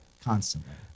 constantly